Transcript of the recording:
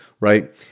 right